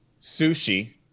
sushi